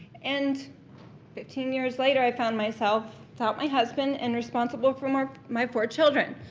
and fifteen years later i found myself without my husband and responsible for my my four children.